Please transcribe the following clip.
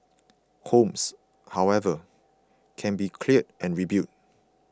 homes however can be cleared and rebuilt